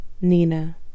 Nina